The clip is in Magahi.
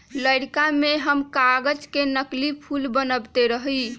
लइरका में हम कागज से नकली फूल बनबैत रहियइ